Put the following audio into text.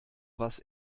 was